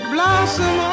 Blossom